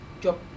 job